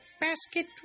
basket